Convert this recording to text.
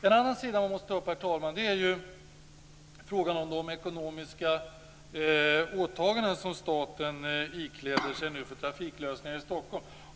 En annan sida man måste ta upp, herr talman, är frågan om de ekonomiska åtaganden som staten nu ikläder sig för trafiklösningar i Stockholm.